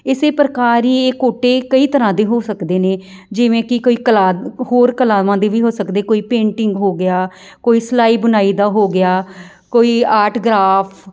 ਇਸ ਪ੍ਰਕਾਰ ਹੀ ਇਹ ਕੋਟੇ ਕਈ ਤਰ੍ਹਾਂ ਦੇ ਹੋ ਸਕਦੇ ਨੇ ਜਿਵੇਂ ਕਿ ਕੋਈ ਕਲਾ ਹੋਰ ਕਲਾਵਾਂ ਦੇ ਵੀ ਹੋ ਸਕਦੇ ਕੋਈ ਪੇਂਟਿੰਗ ਹੋ ਗਿਆ ਕੋਈ ਸਿਲਾਈ ਬੁਣਾਈ ਦਾ ਹੋ ਗਿਆ ਕੋਈ ਆਰਟ ਗ੍ਰਾਫ